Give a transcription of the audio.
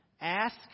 Ask